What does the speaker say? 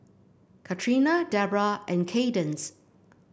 Katrina Debbra and Kaydence